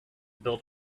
build